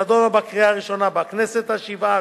שנדונה בקריאה הראשונה בכנסת השבע-עשרה,